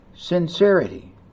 sincerity